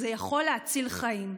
זה יכול להציל חיים.